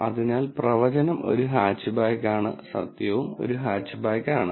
അതിനാൽ പ്രവചനം ഒരു ഹാച്ച്ബാക്ക് ആണ് സത്യവും ഒരു ഹാച്ച്ബാക്ക് ആണ്